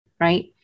right